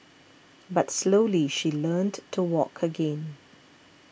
but slowly she learnt to walk again